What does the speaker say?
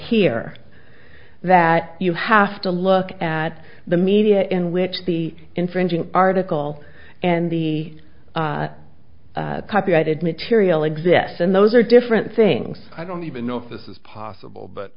here that you have to look at the media in which the infringing article and the copyrighted material exists and those are different things i don't even know if this is possible but